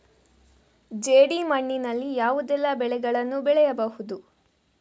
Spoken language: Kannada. ಜೇಡಿ ಮಣ್ಣಿನಲ್ಲಿ ಯಾವುದೆಲ್ಲ ಬೆಳೆಗಳನ್ನು ಬೆಳೆಯಬಹುದು?